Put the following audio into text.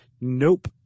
Nope